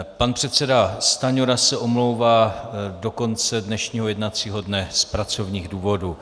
Pan předseda Stanjura se omlouvá do konce dnešního jednacího dne z pracovních důvodů.